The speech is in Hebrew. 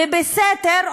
ובסתר,